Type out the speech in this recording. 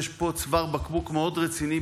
יש פה צוואר בקבוק מאוד רציני.